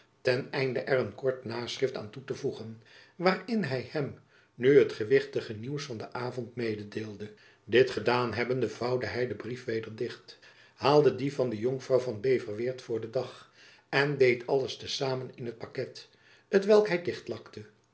ten einde er een kort naschrift aan toe te voegen waarin hy hem nu het gewichtige nieuws van den avond mededeelde dit gedaan hebbende vouwde hy den brief weder dicht haalde dien van de jonkvrouw van beverweert voor den dag en deed alles te samen in het pakket t welk hy